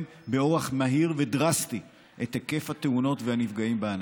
באורח מהיר ודרסטי את היקף התאונות והנפגעים בענף.